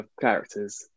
characters